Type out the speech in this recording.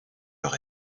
leur